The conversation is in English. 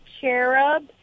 Cherub